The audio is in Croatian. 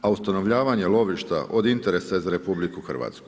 A ustanovljavanje lovišta, od interesa je za RH.